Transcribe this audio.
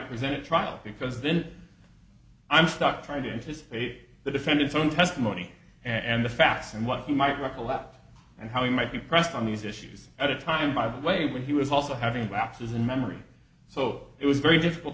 present a trial because then i'm stuck trying to anticipate the defendant's own testimony and the facts and what he might recollect and how he might be pressed on these issues at a time by the way when he was also having lapses in memory so it was very difficult